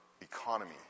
economy